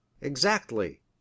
Exactly